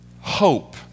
hope